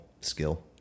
skill